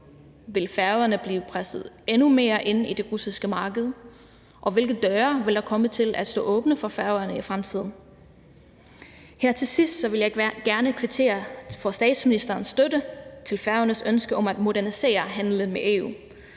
Vil Færøerne blive presset endnu mere ind på det russiske marked, og hvilke døre vil der komme til at stå åbne for Færøerne i fremtiden? Her til sidst vil jeg gerne kvittere for statsministerens støtte til Færøernes ønske om at modernisere handelen med EU.